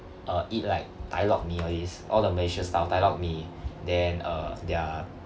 uh eat like tai lok mee all this all the malaysia style tai lok mee then uh their